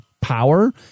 power